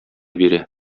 бирә